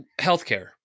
healthcare